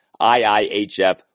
IIHF